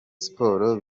sport